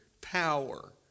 power